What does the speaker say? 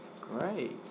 Great